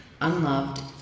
unloved